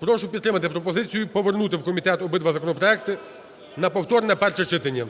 Прошу підтримати пропозицію, повернути в комітет обидва законопроекти на повторне перше читання.